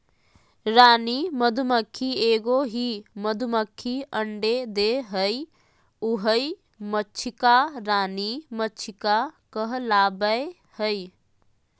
रानी मधुमक्खी एगो ही मधुमक्खी अंडे देहइ उहइ मक्षिका रानी मक्षिका कहलाबैय हइ